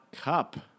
cup